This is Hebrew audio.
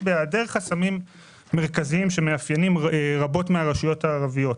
בהיעדר חסמים מרכזיים שמאפיינים רבות מהרשויות הערביות.